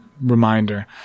reminder